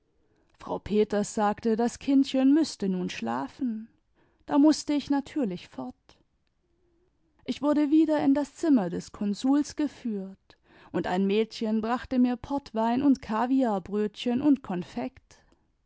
frau peters sagte das kindchen müßte nun schlafen da mußte ich natürlich fort ich wurde wieder in das zimmer des konsuls geführt und ein mädchen brachte mir portwein und kaviarbrötchen und konfekt